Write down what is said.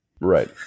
Right